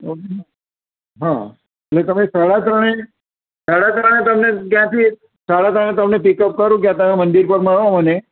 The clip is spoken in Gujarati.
ઓકે હ એ તમે સાડા ત્રણે સાડા ત્રણે તમને ત્યાંથી સાડા ત્રણે તમને પિકપ કરું ત્યાં તમે મંદિર પર મળો મને